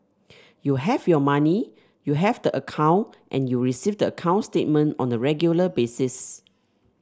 you have your money you have the account and you receive the account statement on a regular basis